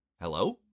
Hello